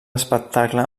espectacle